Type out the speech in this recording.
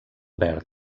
verd